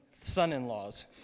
son-in-laws